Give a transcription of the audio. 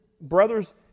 brothers